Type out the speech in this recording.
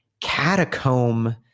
catacomb